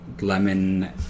Lemon